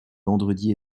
vendredi